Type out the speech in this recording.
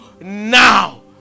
now